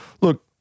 Look